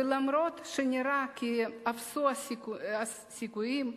ואף-על-פי שנראה כי אפסו הסיכויים,